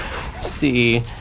see